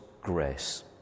grace